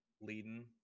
leading